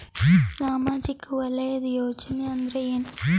ಸಾಮಾಜಿಕ ವಲಯದ ಯೋಜನೆ ಅಂದ್ರ ಏನ?